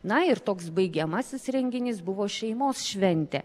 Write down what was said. na ir toks baigiamasis renginys buvo šeimos šventė